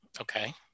Okay